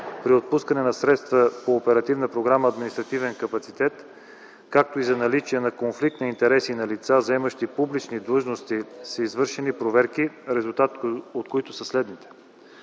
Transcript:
при отпускане на средства по Оперативна програма „Административен капацитет”, както и за наличие на конфликт на интереси на лица, заемащи публични длъжности, са извършени проверки, резултатите от които са следните.